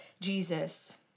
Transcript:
Jesus